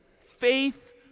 Faith